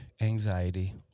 anxiety